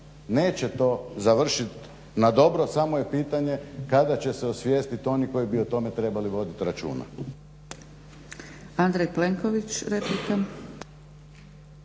Neće to završit na dobro, samo je pitanje kada će se osvijestiti oni koji bi o tome trebali vodit računa.